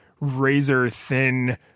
razor-thin